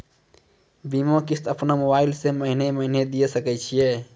बीमा किस्त अपनो मोबाइल से महीने महीने दिए सकय छियै?